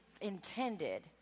intended